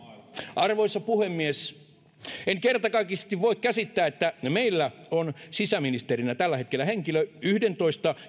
arvoisa puhemies en kertakaikkisesti voi käsittää että meillä on sisäministerinä tällä hetkellä henkilö yhdentoista